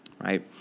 right